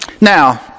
Now